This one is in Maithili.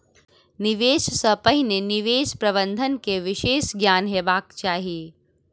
निवेश सॅ पहिने निवेश प्रबंधन के विशेष ज्ञान हेबाक चाही